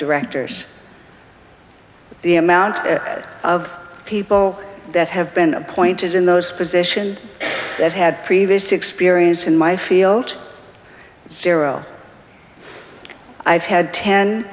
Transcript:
directors the amount of people that have been appointed in those position that had previous experience in my field zero i've had ten